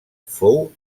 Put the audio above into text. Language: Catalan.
fou